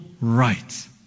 right